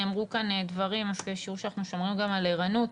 נאמרו כאן דברים אז תראו שאנחנו שומרים גם על ערנות,